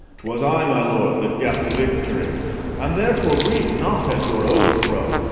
twas i, my lord, that gat the victory and therefore grieve not at your overthrow,